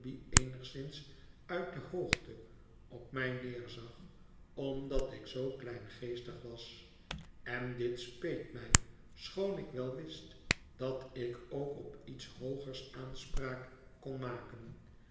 eenigszins uit de hoogte op mij neerzag omdat ik zoo kleingeestig was en dit speet mij schoon ik wel wist dat ik ook op iets hoogers aanspraak kon maken